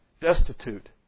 destitute